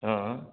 ହଁ